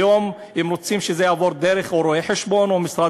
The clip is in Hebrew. היום הם רוצים שזה יעבור דרך רואה-חשבון או משרד,